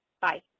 Bye